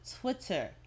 Twitter